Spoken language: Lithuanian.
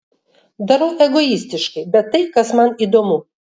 darau egoistiškai bet tai kas man įdomu